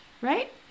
right